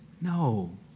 No